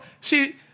see